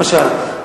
למשל,